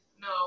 No